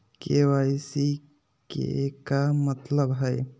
KYC के का मतलब हई?